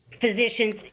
physicians